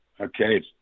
Okay